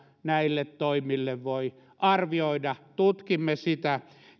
näille toimille voi arvioida tutkimme sitä